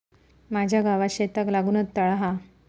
माझ्या गावात शेताक लागूनच तळा हा